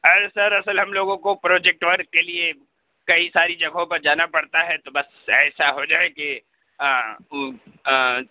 ارے sir اصل ہم لوگوں کو پروجکٹ ورک کے لیے کئی ساری جگہوں پر جانا پڑتا ہے تو بس ایسا ہو جائے کہ